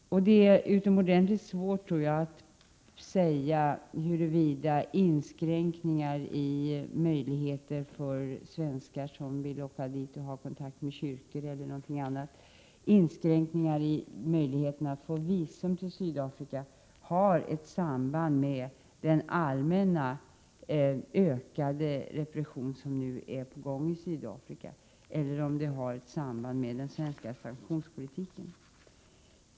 Det är utomordentligt svårt att säga huruvida inskränkningar i möjligheterna att få visum till Sydafrika för svenskar, som vill resa dit och ha kontakt med kyrkor eller annat, har ett samband med den allmänt ökade repression som pågår eller om det har ett samband med den svenska sanktionspolitiken.